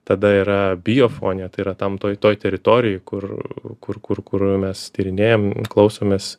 tada yra biofone tai yra tam toj toj teritorijoj kur kur kur kur mes tyrinėjam klausomės